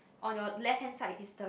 on your left hand side is the